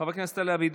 חבר הכנסת אלי אבידר,